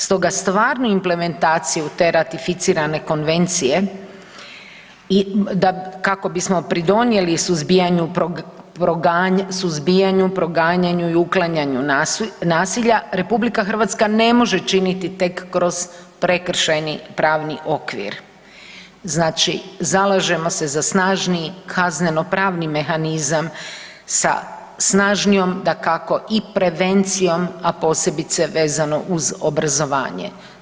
Stoga stvarnu implementaciju te ratificirane konvencije kako bismo pridonijeli suzbijanju, proganjanju i uklanjanju nasilja RH ne može činiti tek kroz prekršajni pravni okvir, znači zalažemo se za snažniji kaznenopravni mehanizam sa snažnijom, dakako i prevencijom, a posebice vezano uz obrazovanje.